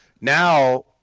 now